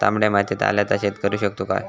तामड्या मातयेत आल्याचा शेत करु शकतू काय?